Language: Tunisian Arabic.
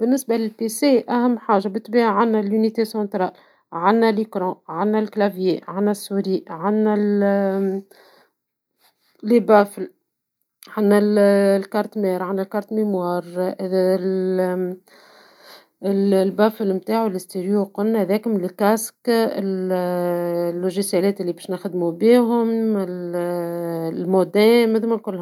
بالنسبة للكمبيوتر ، أهم حاجة بالطبيعة عنا الوحدة المركزية ، عنا الشاشة، عنا لوحة المفاتيح ، عنا الفأرة، عنا مكبرات الصوت ، عنا البطاقة الأم ، بطاقة الذاكرة ، مكبرات الصوت ستيريو كما قلنا ، السماعات والبرامج لي نخدموا بيهم ، المودام هذوما الكل.